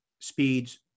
speeds